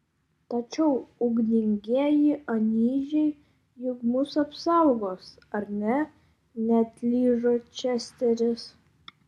tačiau ugningieji anyžiai juk mus apsaugos ar ne neatlyžo česteris